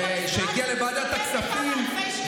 כמה אלפי שקלים.